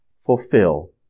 fulfill